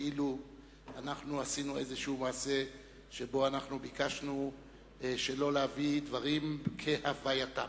כאילו אנחנו עשינו איזה מעשה שבו ביקשנו שלא להביא דברים כהווייתם.